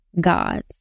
God's